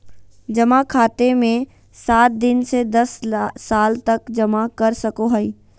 जमा खाते मे सात दिन से दस साल तक जमा कर सको हइ